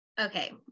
okay